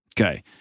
Okay